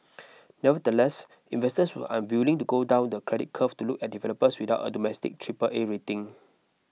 nevertheless investors were unwilling to go down the credit curve to look at developers without a domestic Triple A rating